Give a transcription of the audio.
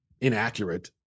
inaccurate